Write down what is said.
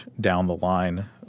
down-the-line